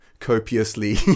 copiously